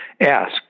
asked